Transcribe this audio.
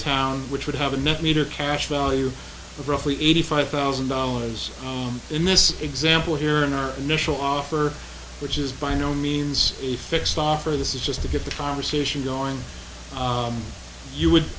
town which would have a net meter cash value of roughly eighty five thousand dollars in this example here in our initial offer which is by no means a fixed offer this is just to get the conversation going you would